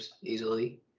easily